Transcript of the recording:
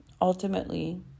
ultimately